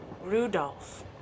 Rudolph